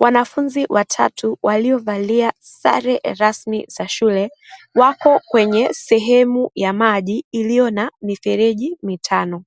Wanafunzi watatu waliovalia sare rasmi za shule wako kwenye sehemu ya maji iliyo na mifereji mitano.